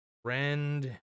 Friend